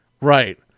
Right